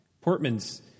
Portman's